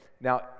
now